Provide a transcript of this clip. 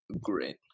great